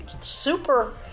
Super